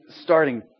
starting